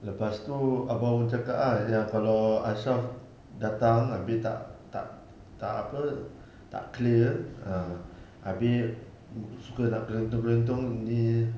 lepas itu abang pun cakap ah yang kalau ashraf datang habis tak tak apa tak clear ah habis suka nak kelentong-kelentong ini